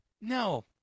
No